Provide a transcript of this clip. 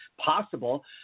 possible